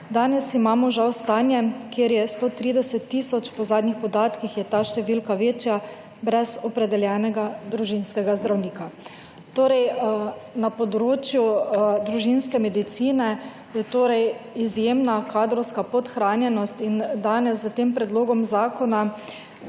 »Danes imamo žal stanje, kjer je 130 tisoč, po zadnjih podatkih je ta številka večja, brez opredeljenega družinskega zdravnika.« Torej na področju družinske medicine je torej izjemna kadrovska podhranjenost in danes s tem predlogom zakona